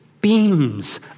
beams